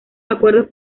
acuerdos